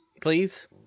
Please